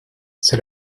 c’est